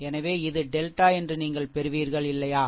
எனவே இது டெல்டா என்று நீங்கள் பெறுவீர்கள் இல்லையா